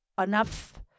enough